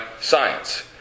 science